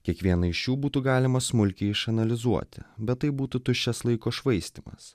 kiekvieną iš jų būtų galima smulkiai išanalizuoti bet tai būtų tuščias laiko švaistymas